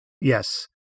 Yes